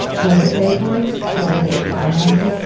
who would pay for it? so who would finance it?